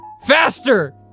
Faster